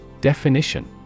Definition